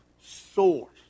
source